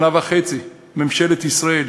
שנה וחצי ממשלת ישראל,